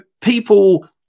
people